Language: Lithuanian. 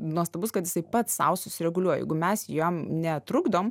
nuostabus kad jisai pats sau susireguliuoja jeigu mes jam netrukdom